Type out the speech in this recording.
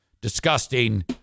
disgusting